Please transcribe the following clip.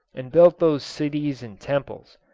and built those cities and temples,